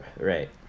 right